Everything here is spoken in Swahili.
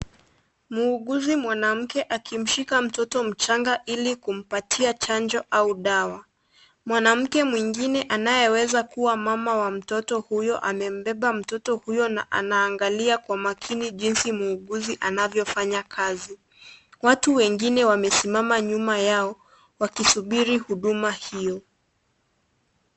Muuguzi mwanamke akimshika mtoto mchanga ili kumpatia chanjo au dawa, mwanamke mwingine ambaye anaweza kuwa mama wa mtoto huyo, amembeba mtoto huyo na anaangalia kwa makini jinsi muuguzi anavyofanya kazi. Watu wengine wamesimama nyuma yao wakisubiri huduma hio.